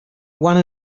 one